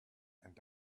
and